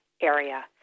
area